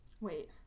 wait